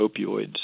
opioids